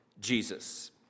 Jesus